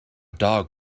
dog